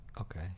Okay